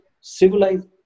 civilized